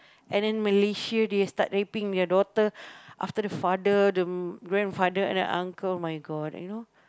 and then Malaysia they start raping their daughter after the father the grandfather the uncle my god you know